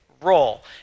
Role